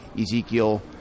Ezekiel